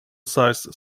size